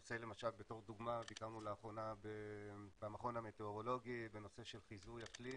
לדוגמה ביקרנו לאחרונה במכון המטאורולוגי בנושא של חיזוי אקלים